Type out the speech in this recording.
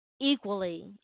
Equally